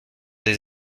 des